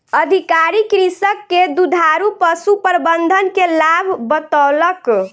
अधिकारी कृषक के दुधारू पशु प्रबंधन के लाभ बतौलक